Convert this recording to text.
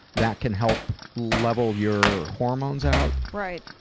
that can help level your hormones out. right.